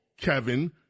Kevin